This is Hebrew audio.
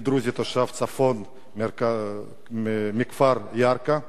אני דרוזי תושב הצפון מכפר ירכא,